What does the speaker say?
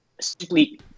simply